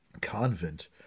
convent